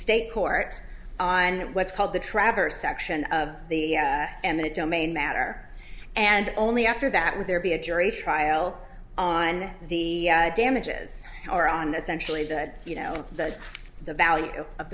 state court on what's called the traverse section and that domain matter and only after that would there be a jury trial on the damages or on essentially the you know the the value of